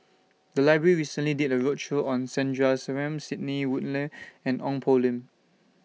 The Library recently did A roadshow on Sandrasegaran Sidney Woodhull and Ong Poh Lim